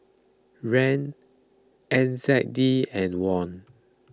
Riel N Z D and Won